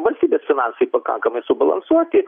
valstybės finansai pakankamai subalansuoti